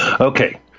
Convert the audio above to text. Okay